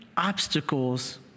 Obstacles